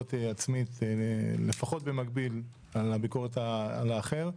ביקורת עצמית לפחות במקביל לביקורת על האחר.